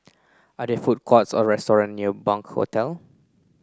are there food courts or restaurant near Bunc Hotel